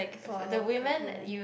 for a women